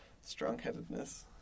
strong-headedness